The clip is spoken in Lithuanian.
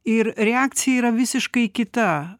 ir reakcija yra visiškai kita